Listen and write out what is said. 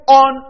on